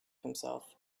himself